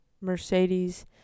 mercedes